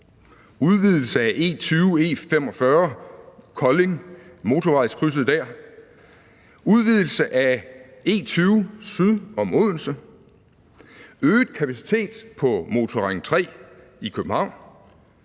udvidelse af E20/E45 ved Kolding, altså ved motorvejskrydset dér, udvidelse af E20 syd om Odense, øget kapacitet på Motorring 3 i København,